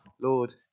Lord